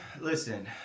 listen